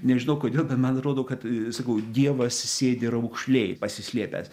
nežinau kodėl bet man atrodo kad sakau dievas sėdi raukšlėj pasislėpęs